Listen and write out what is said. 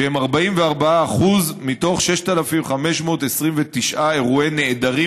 שהם 44% אחוז מתוך 6,529 אירועי נעדרים